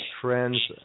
trends